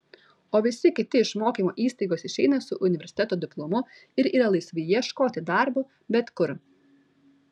o visi kiti iš mokymo įstaigos išeina su universiteto diplomu ir yra laisvi ieškoti darbo bet kur